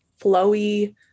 flowy